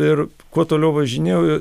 ir kuo toliau važinėjau